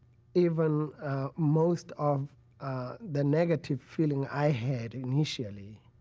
even most of the negative feeling i had initially,